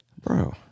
Bro